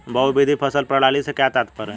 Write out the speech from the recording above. बहुविध फसल प्रणाली से क्या तात्पर्य है?